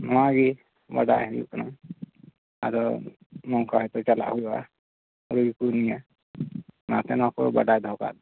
ᱚᱱᱟ ᱜᱮ ᱵᱟᱰᱟᱭ ᱦᱩᱭᱩᱜ ᱠᱟᱱᱟ ᱟᱫᱚ ᱱᱚᱝᱠᱟ ᱜᱮᱠᱚ ᱪᱟᱞᱟᱜ ᱦᱩᱭᱩᱜᱼᱟ ᱯᱟᱹᱣᱨᱟᱹ ᱠᱚ ᱧᱩᱭᱟ ᱚᱱᱟ ᱛᱮ ᱱᱚᱣᱟ ᱠᱚ ᱵᱟᱰᱟᱭ ᱫᱚᱦᱚ ᱠᱟᱜ